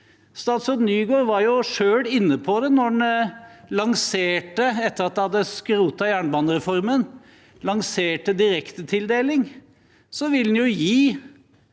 Statsråd Nygård var selv inne på det da han lanserte direktetildeling